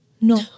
No